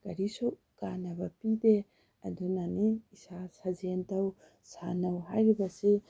ꯀꯔꯤꯁꯨ ꯀꯥꯟꯅꯕ ꯄꯤꯗꯦ ꯑꯗꯨꯅꯅꯤ ꯏꯁꯥ ꯁꯥꯖꯦꯜ ꯇꯧ ꯁꯥꯟꯅꯧ ꯍꯥꯏꯔꯤꯕꯁꯤ